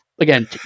again